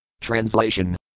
translation